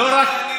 למה?